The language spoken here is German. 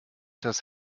das